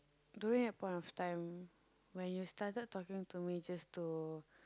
during that point of time when you started talking to me just to